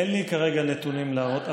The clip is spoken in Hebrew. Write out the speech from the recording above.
אין לי כרגע נתונים להראות,